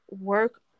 work